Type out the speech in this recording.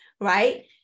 right